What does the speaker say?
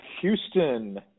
Houston